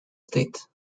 state